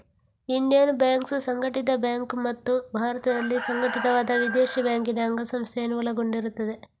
Indian banks ಸಂಘಟಿತ bank ಮತ್ತು ಭಾರತದಲ್ಲಿ ಸಂಘಟಿತವಾದ ವಿದೇಶಿ ಬ್ಯಾಂಕಿನ ಅಂಗಸಂಸ್ಥೆಯನ್ನು ಒಳಗೊಂಡಿರುತ್ತದೆ